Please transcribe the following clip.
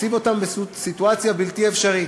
מציב אותם בסיטואציה בלתי אפשרית: